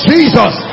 Jesus